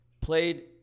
played